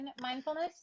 mindfulness